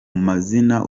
mazina